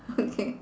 okay